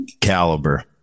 caliber